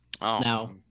Now